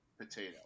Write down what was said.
potato